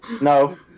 No